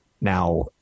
Now